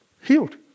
Healed